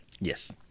Yes